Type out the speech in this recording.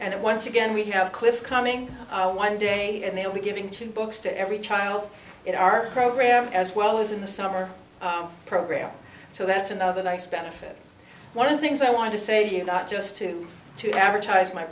and once again we have cliff coming one day and they'll be giving two books to every child in our program as well as in the summer program so that's another nice benefit one of the things i want to say you not just to to advertise my